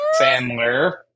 Sandler